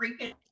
freaking